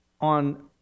On